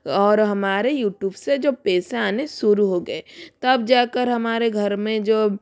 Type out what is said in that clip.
और हमारे यूटूब से जो पैसा आने शुरू हो गए तब जाकर हमारे घर में जो